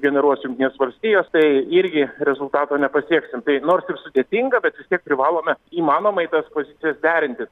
generuos jungtinės valstijos tai irgi rezultato nepasieksim tai nors ir sudėtinga bet vis tiek privalome įmanomai tas pozicijas derinti